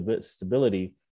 stability